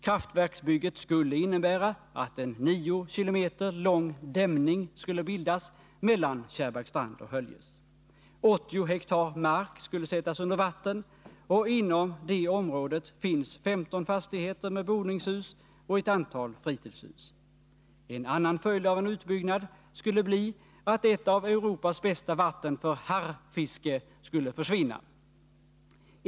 Kraftverksbygget skulle innebära att en 9 km lång dämning skulle bildas mellan Kärrbackstrand och Höljes. 80 hektar mark skulle sättas under vatten, och inom det området finns 15 fastigheter med boningshus och ett antal fritidshus. En annan följd av en utbyggnad skulle bli att ett av Europas bästa vatten för harrfiske skulle försvinna.